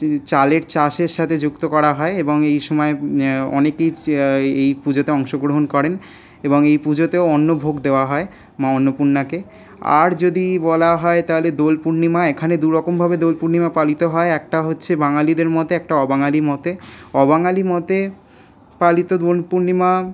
চালের চাষের সাথে যুক্ত করা হয় এবং এই সময় অনেকেই এই পুজোতে অংশগ্রহণ করেন এবং এই পুজোতেও অন্নভোগ দেওয়া হয় মা অন্নপূর্ণাকে আর যদি বলা হয় তাহলে দোল পূর্ণিমা এখানে দুরকমভাবে দোল পূর্ণিমা পালিত হয় একটা হচ্ছে বাঙালিদের মতে একটা অবাঙালি মতে অবাঙালি মতে পালিত দোল পূর্ণিমা